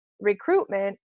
recruitment